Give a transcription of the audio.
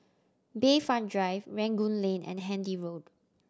Bayfront Drive Rangoon Lane and Handy Road